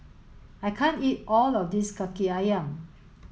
I can't eat all of this Kaki Ayam